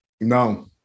No